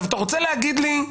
אתה רוצה להגיד לי: